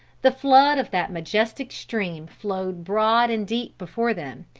the flood of that majestic stream flowed broad and deep before them,